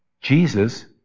Jesus